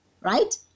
right